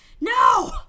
no